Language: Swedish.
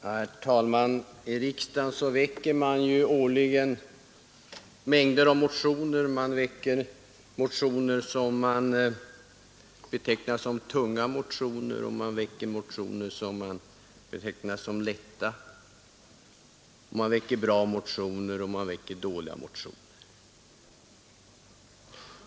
Herr talman! I riksdagen väcker man årligen mängder av motioner. Man väcker motioner som betecknas som tunga motioner, man väcker motioner som betecknas som lätta. Man väcker bra motioner och man väcker dåliga motioner.